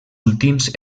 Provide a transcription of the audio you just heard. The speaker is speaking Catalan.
últims